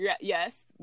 yes